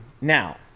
Now